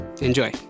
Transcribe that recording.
Enjoy